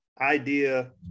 Idea